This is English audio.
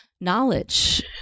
knowledge